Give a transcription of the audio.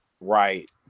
right